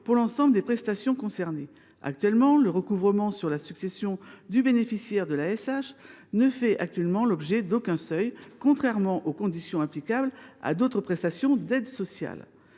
pour l’ensemble des prestations concernées. Actuellement, le recouvrement sur la succession du bénéficiaire de l’ASH ne fait l’objet d’aucun seuil, contrairement aux conditions applicables à d’autres prestations d’aide sociale.